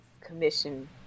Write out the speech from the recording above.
commission